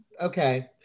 Okay